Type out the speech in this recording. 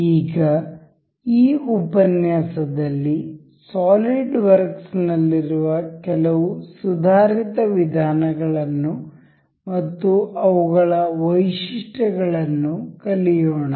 ಈಗ ಈ ಉಪನ್ಯಾಸದಲ್ಲಿ ಸಾಲಿಡ್ವರ್ಕ್ಸ್ ನಲ್ಲಿರುವ ಕೆಲವು ಸುಧಾರಿತ ವಿಧಾನಗಳನ್ನು ಮತ್ತು ಅವುಗಳ ವೈಶಿಷ್ಟ್ಯಗಳನ್ನು ಕಲಿಯೋಣ